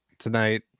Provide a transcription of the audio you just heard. tonight